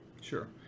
Sure